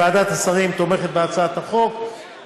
ועדת השרים תומכת בהצעת החוק,